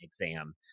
exam